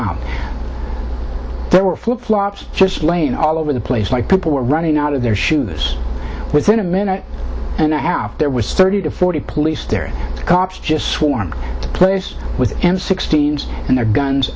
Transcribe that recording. out there were flipflops just laying all over the place like people were running out of their shoes within a minute and a half there was thirty to forty police there cops just swarmed the place with and sixteen's and their guns